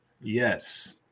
Yes